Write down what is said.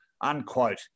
unquote